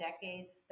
decades